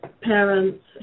parents